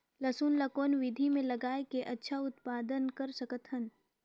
लसुन ल कौन विधि मे लगाय के अच्छा उत्पादन कर सकत हन?